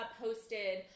posted